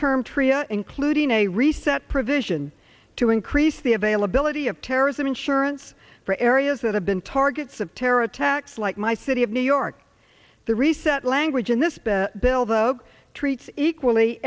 tria including a reset provision to increase the availability of terrorism insurance for areas that have been targets of terror attacks like my city of new york the reset language in this bill though treats equally